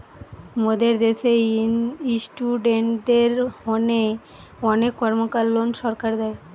মোদের দ্যাশে ইস্টুডেন্টদের হোনে অনেক কর্মকার লোন সরকার দেয়